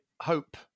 hope